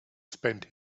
spend